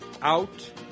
Out